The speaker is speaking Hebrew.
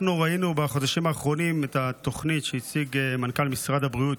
אנחנו ראינו בחודשים האחרונים את התוכנית שהציג מנכ"ל משרד הבריאות,